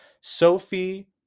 Sophie